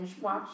watch